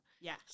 Yes